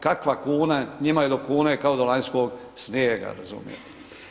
Kakva kuna, njima je do kune kao do lanjskog snijega razumijete.